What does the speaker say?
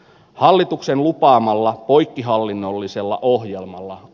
hallituksen lupaamalla poikkihallinnollisella ohjelmalla